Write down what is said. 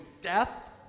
death